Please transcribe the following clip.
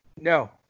No